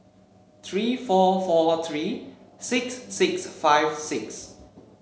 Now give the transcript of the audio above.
three four four three six six five six